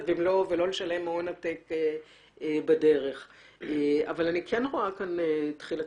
במלואו ולא לשלם הון עתק בדר אבל אני כן רואה כאן תחילתה,